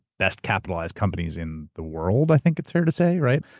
best capitalized companies in the world, i think it's fair to say, right.